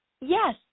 yes